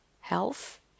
health